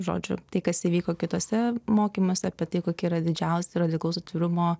žodžiu tai kas įvyko kituose mokymuose apie tai kokia yra didžiausi radikalaus atvirumo